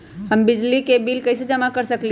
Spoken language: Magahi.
हम बिजली के बिल कईसे जमा कर सकली ह?